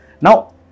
Now